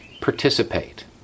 Participate